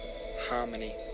harmony